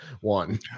One